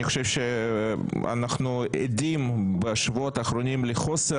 אני חושב שאנחנו עדים בשבועות האחרונים לחוסר